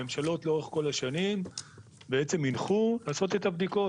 הממשלות לאורך כל השנים בעצם הנחו לעשות את הבדיקות